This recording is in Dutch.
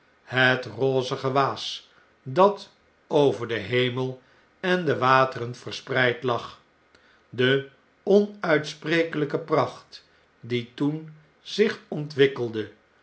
het rozige waas dat over den hemel en de wateren verspreid lag de onuitsprekelyke pracht die toen zich ontwikkelde